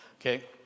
Okay